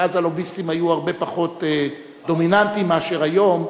ואז הלוביסטים היו הרבה פחות דומיננטיים מאשר היום,